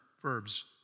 verbs